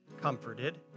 comforted